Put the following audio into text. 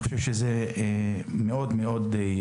זה חשוב מאוד.